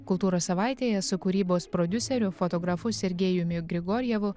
kultūros savaitėje su kūrybos prodiuseriu fotografu sergejumi grigorjevu